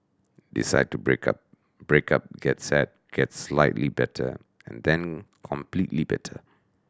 decide to break up break up get sad get slightly better and then completely better